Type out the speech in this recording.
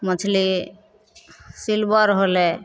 मछली सिल्वर होलै